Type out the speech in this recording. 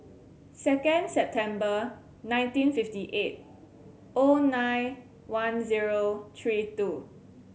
second September nineteen fifty eight O nine one zero three two